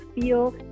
feel